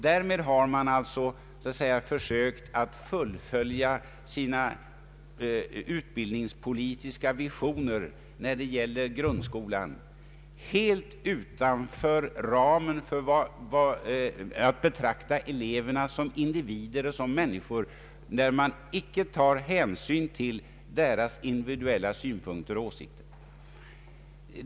Därmed har man sökt fullfölja sina utbildningspolitiska visioner beträffande grundskolan utan att betrakta eleverna som individer och människor och utan att ta hänsyn till deras individuella synpunkter och åsikter.